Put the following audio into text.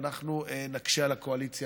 ואנחנו נקשה על הקואליציה.